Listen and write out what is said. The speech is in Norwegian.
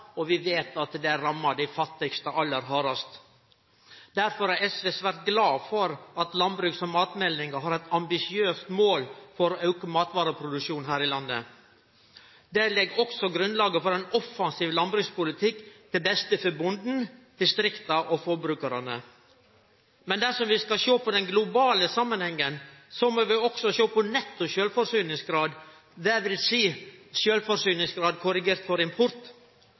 og vi veit at det rammar dei fattigaste aller hardast. Derfor er SV svært glad for at landbruks- og matmeldinga har eit ambisiøst mål om å auke matvareproduksjonen her i landet. Det legg også grunnlaget for ein offensiv landbrukspolitikk, til beste for bonden, distrikta og forbrukarane. Men dersom vi skal sjå på den globale samanhengen, må vi også sjå på netto sjølvforsyningsgrad, dvs. sjølvforsyningsgrad korrigert for import.